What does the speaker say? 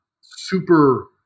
super